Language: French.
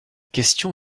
question